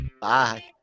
Bye